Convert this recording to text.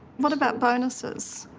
what about bonuses?